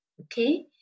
Okay